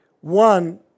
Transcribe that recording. One